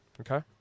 okay